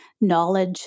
knowledge